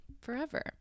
forever